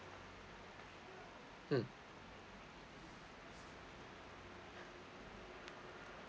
mm